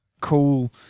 cool